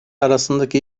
arasındaki